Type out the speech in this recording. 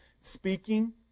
speaking